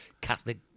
Catholic